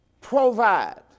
Provide